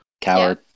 Coward